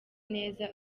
neza